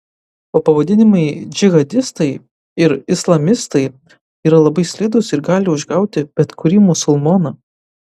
o pavadinimai džihadistai ir islamistai yra labai slidūs ir gali užgauti bet kurį musulmoną